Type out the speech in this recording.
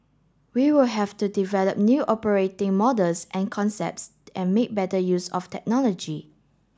we will have to develop new operating models and concepts and make better use of technology